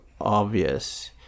obvious